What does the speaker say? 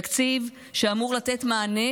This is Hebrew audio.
תקציב שאמור לתת מענה